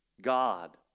God